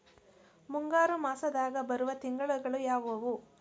ಮುಂಗಾರು ಮಾಸದಾಗ ಬರುವ ತಿಂಗಳುಗಳ ಯಾವವು?